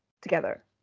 together